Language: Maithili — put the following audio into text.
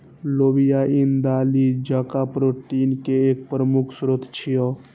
लोबिया ईन दालि जकां प्रोटीन के एक प्रमुख स्रोत छियै